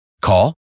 Call